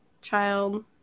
child